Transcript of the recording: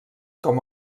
com